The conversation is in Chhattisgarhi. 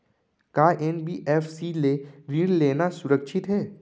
का एन.बी.एफ.सी ले ऋण लेना सुरक्षित हे?